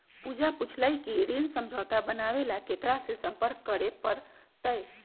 पूजा पूछल कई की ऋण समझौता बनावे ला केकरा से संपर्क करे पर तय?